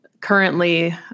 Currently